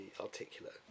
articulate